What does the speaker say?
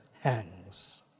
hangs